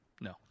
No